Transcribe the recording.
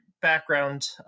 background